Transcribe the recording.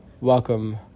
welcome